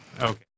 Okay